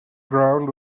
ground